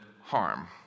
harm